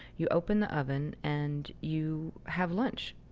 you open the oven and you have lunch.